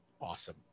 awesome